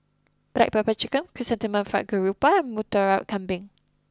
Black Pepper Chicken Chrysanthemum Fried Garoupa and Murtabak Kambing